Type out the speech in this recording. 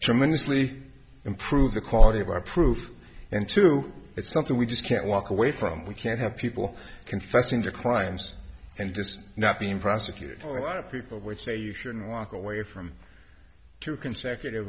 tremendously improve the quality of our proof and to it's something we just can't walk away from we can't have people confessing their crimes and just not being prosecuted a lot of people would say you shouldn't walk away from two consecutive